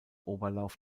oberlauf